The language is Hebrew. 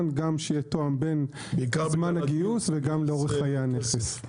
גם שיהיה תואם בין זמן הגיוס וגם לאורך חיי הנכס.